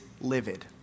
livid